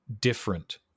different